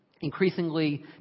increasingly